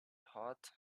hot